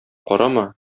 карама